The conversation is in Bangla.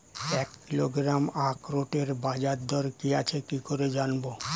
এক কিলোগ্রাম আখরোটের বাজারদর কি আছে কি করে জানবো?